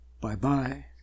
Bye-bye